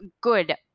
good